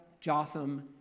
Jotham